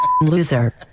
loser